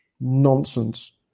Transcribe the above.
nonsense